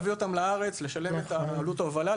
לשלם את עלות ההובלה,